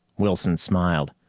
wilson smiled.